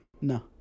No